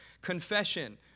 Confession